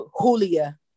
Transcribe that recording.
Julia